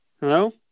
Hello